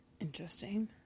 interesting